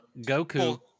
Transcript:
Goku